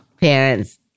Parents